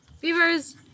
Beavers